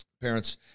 parents